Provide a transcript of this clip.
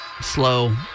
slow